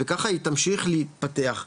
וככה היא תמשיך להתפתח.